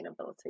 sustainability